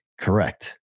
Correct